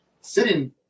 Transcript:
sitting